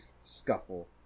scuffle